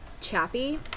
Chappie